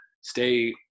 stay